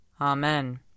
Amen